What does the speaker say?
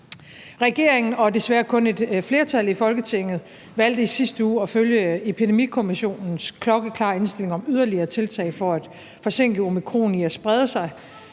Regeringen og desværre kun et flertal i Folketinget valgte i sidste uge at følge Epidemikommissionens klokkeklare indstilling om yderligere tiltag for at forsinke omikron i at sprede sig,